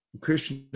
Krishna